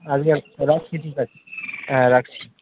রাখছি ঠিক আছে হ্যাঁ রাখছি